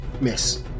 Miss